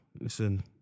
listen